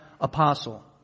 apostle